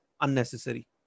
unnecessary